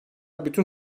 bütün